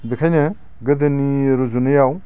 बेखायनो गोदोनि रुजुनायाव